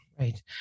Right